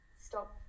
stop